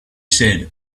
said